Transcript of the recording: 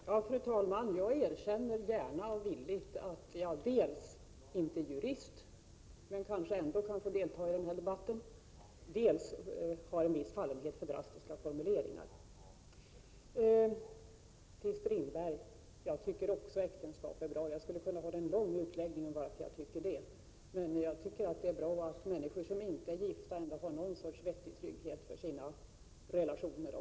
Fru talman! Jag erkänner gärna dels att jag inte är jurist — jag kanske ändå kan få delta i den här debatten — dels att jag har en fallenhet för drastiska formuleringar. Till Per-Olof Strindberg skulle jag vilja säga: Jag tycker också äktenskap är bra. Jag skulle kunna göra en lång utläggning om varför jag tycker det. Men jag tycker ändå att det är bra att även människor som inte är gifta får en vettig trygghet för sina relationer.